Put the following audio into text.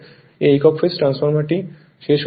এই একক ফেজ ট্রান্সফরমারটি শেষ হয়ে গেছে